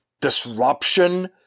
disruption